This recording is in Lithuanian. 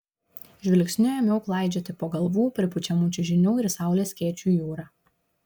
žvilgsniu ėmiau klaidžioti po galvų pripučiamų čiužinių ir saulės skėčių jūrą